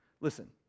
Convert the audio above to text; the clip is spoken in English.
Listen